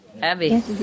Happy